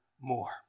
more